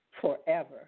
forever